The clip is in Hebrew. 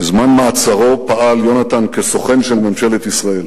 בזמן מעצרו פעל יונתן כסוכן של ממשלת ישראל.